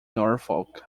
norfolk